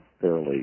fairly